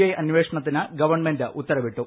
I അന്വേഷണത്തിന് government ഉത്തരവിട്ടു